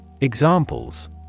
Examples